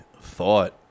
thought